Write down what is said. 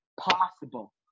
possible